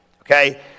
okay